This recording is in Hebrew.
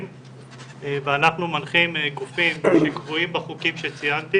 ואנחנו מנחים גופים שקבועים בחוקים שציינתי